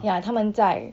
ya 他们在